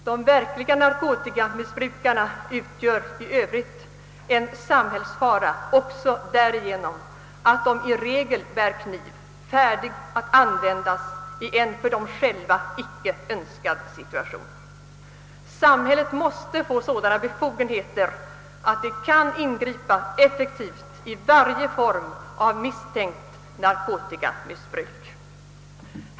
De verkliga narkotikamissbrukarna utgör en samhällsfara också därigenom att de i regel bär kniv, färdig att användas i en för dem själva icke önskad situation. Samhället måste få sådana befogenheter, att det kan ingripa effektivt vid varje form av misstänkt narkotikamissbruk.